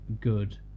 good